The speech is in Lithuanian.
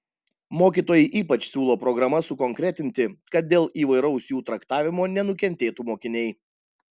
mokytojai ypač siūlo programas sukonkretinti kad dėl įvairaus jų traktavimo nenukentėtų mokiniai